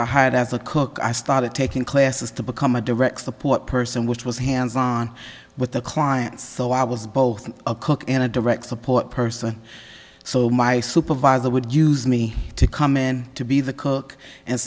i hired as a cook i started taking classes to become a direct support person which was hands on with the clients so i was both a cook and a direct support person so my supervisor would use me to come in to be the cook and